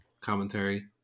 commentary